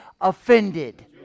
offended